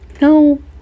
no